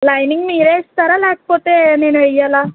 lining మీరే ఇస్తారా లేకపోతే నేను వెయ్యాలా